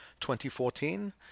2014